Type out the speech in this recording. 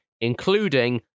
including